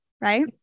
Right